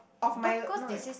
of my no eh